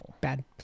bad